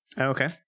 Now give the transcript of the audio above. Okay